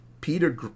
peter